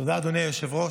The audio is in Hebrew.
תודה, אדוני היושב-ראש.